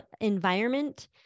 environment